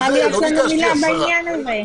לא ביקשתי עשרה,